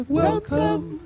welcome